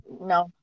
no